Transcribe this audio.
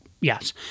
Yes